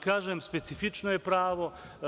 Kažem, specifično je pravo.